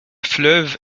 fleuve